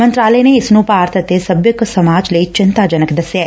ਮੰਤਰਾਲੇ ਨੇ ਇਸ ਨੂੰ ਭਾਰਤ ਅਤੇ ਸਭਿਅਕ ਸਮਾਜ ਲਈ ਚਿੰਤਾਜਨਕ ਐ